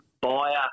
buyer